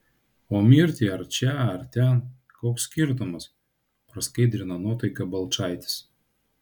o mirti ar čia ar ten koks skirtumas praskaidrino nuotaiką balčaitis